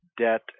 debt